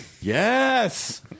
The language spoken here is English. Yes